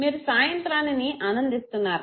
మీరు సాయంత్రానిని ఆనందిస్తున్నారు